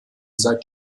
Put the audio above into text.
seit